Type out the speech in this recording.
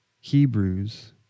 Hebrews